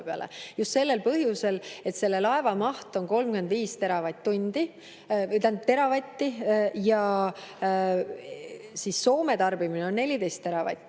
just sellel põhjusel, et laeva maht on 35 teravatti ja Soome tarbimine on 14 teravatt-tundi